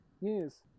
Yes